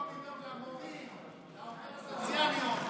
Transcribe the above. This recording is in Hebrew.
במקום לדאוג למורים, לעובדות הסוציאליות.